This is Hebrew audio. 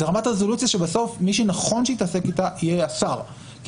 זו רמת רזולוציה שבסוף מי שנכון שיתעסק איתה יהיה השר כי